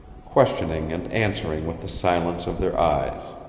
questioning and answering with the silence of their eyes.